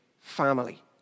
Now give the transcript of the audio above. family